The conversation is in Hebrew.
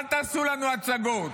אל תעשו לנו הצגות,